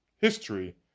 history